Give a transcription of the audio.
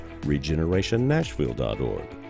regenerationnashville.org